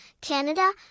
Canada